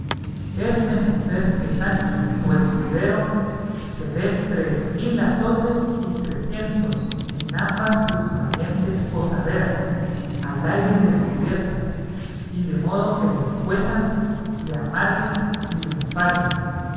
es menester que sancho tu escudero se dé tres mil azotes y trecientos en ambas sus valientes posaderas al aire descubiertas y de modo que le escuezan le amarguen y le enfaden